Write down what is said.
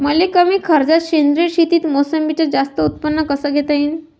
मले कमी खर्चात सेंद्रीय शेतीत मोसंबीचं जास्त उत्पन्न कस घेता येईन?